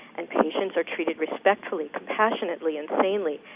and patients are treated respectfully, compassionately, and sanely.